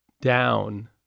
down